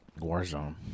warzone